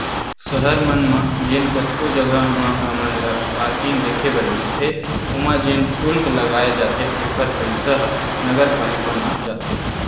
सहर मन म जेन कतको जघा म हमन ल पारकिंग देखे बर मिलथे ओमा जेन सुल्क लगाए जाथे ओखर पइसा ह नगरपालिका म जाथे